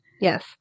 Yes